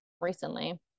recently